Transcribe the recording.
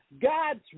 God's